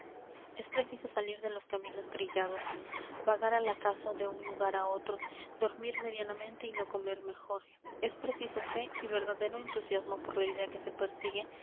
es preciso salir de los caminos trillados vagar al acaso de un lugar en otro dormir medianamente y no comer mejor es preciso fe y verdadero entusiasmo por la idea que se persigue